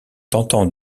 tentant